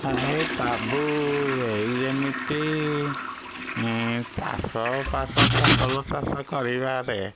ହେଇ ବାବୁ ଏଇ ଯେମିତି ଚାଷ ବାସ ଫସଲ ଚାଷ କରିବାରେ